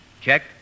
Check